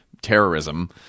terrorism